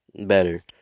better